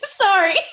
Sorry